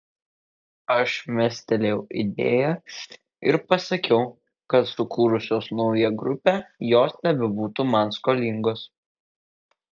aš mestelėjau idėją ir pasakiau kad sukūrusios naują grupę jos nebebūtų man skolingos